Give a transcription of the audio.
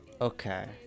okay